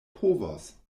povos